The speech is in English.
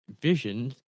visions